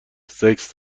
سکس